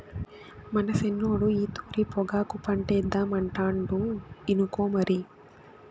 మన సిన్నోడు ఈ తూరి పొగాకు పంటేద్దామనుకుంటాండు ఇనుకో మరి